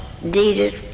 needed